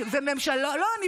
הכול בסדר, מה את רוצה?